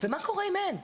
ומה קורה אם אין.